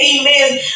amen